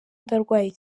ndarwaye